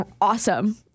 Awesome